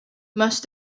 must